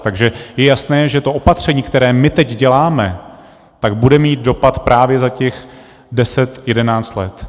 Takže je jasné, že to opatření, které my teď děláme, bude mít dopad právě za těch deset jedenáct let.